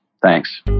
Thanks